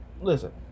listen